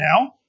now